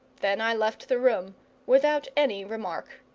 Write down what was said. then i left the room without any remark.